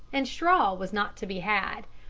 and straw was not to be had.